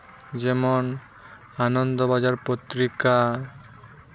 ᱡᱮᱢᱚᱱ ᱟᱱᱚᱱᱫᱚ ᱵᱟᱡᱟᱨ ᱯᱚᱛᱛᱨᱤᱠᱟ